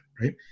right